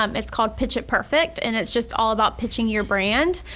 um it's called pitch it perfect and it's just all about pitching your brand.